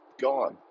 gone